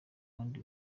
kandi